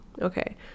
Okay